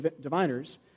diviners